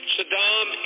Saddam